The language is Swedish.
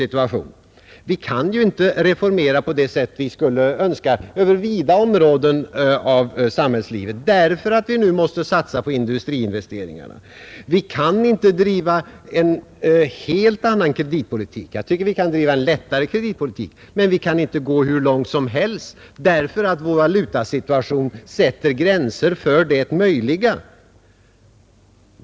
Vi kan inte genomföra reformer på det sätt vi skulle önska över vida områden av samhället, eftersom vi nu måste satsa på industriinvesteringarna. Vi kan inte driva en helt annan kreditpolitik; jag tycker vi kan driva en lättare kreditpolitik, men vår valutasituation sätter gränser för vad som är möjligt därvidlag.